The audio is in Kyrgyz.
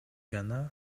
гана